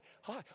hi